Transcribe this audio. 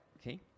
okay